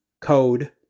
code